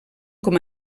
com